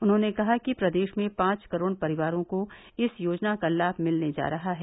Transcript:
उन्होंने कहा कि प्रदेश में पांच करोड़ परिवारों को इस योजना का लाम मिलने जा रहा है